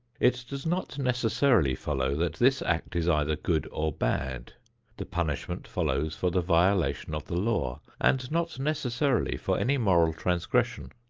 it does not necessarily follow that this act is either good or bad the punishment follows for the violation of the law and not necessarily for any moral transgression.